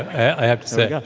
i have to say yeah